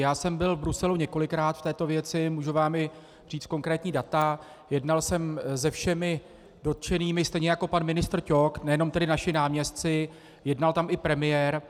Já jsem byl v Bruselu několikrát v této věci, můžu vám i říct konkrétní data, jednal jsem se všemi dotčenými, stejně jako pan ministr Ťok, nejenom tedy naši náměstci, jednal tam i premiér.